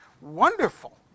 Wonderful